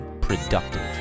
productive